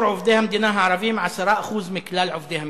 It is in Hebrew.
עובדי המדינה הערבים 10% מכלל עובדי המדינה.